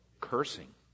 cursing